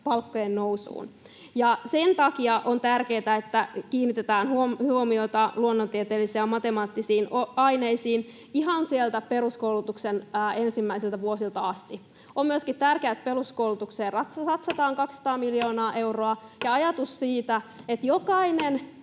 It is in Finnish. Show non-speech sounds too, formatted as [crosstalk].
palkkojen nousuun. Sen takia on tärkeätä, että kiinnitetään huomiota luonnontieteellisiin ja matemaattisiin aineisiin ihan sieltä peruskoulutuksen ensimmäisistä vuosista asti. On myöskin tärkeätä, että peruskoulutukseen satsataan [noise] 200 miljoonaa